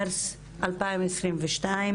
היום ה-1 במרץ 2022 ואנחנו,